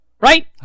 Right